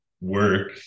work